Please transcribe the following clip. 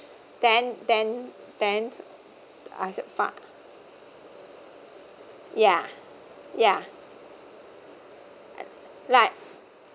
then then then I said fine ya ya like